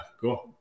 cool